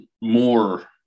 more